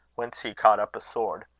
whence he caught up a sword.